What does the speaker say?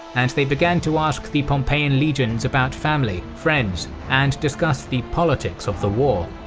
and they began to ask the pompeian legions about family, friends, and discussed the politics of the war.